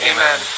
Amen